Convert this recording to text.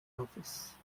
office